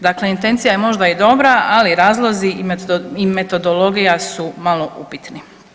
Dakle, intencija je možda i dobra, ali razlozi i metodologija su malo upitni.